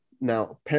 Now